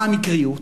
מה המקריות?